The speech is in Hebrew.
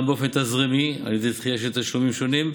גם באופן תזרימי על ידי דחייה של תשלומים שונים,